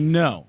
no